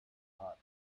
hot